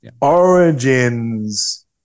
Origins